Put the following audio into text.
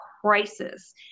crisis